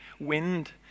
wind